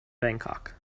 bangkok